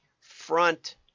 front